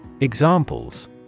Examples